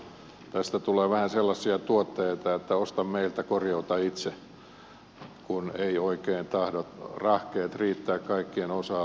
tästä tulee vähän sellaisia tuotteita että osta meiltä korjauta itse kun ei oikein tahdo rahkeet riittää kaikkien osa alueiden hallintaan